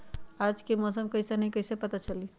आज के मौसम कईसन हैं कईसे पता चली?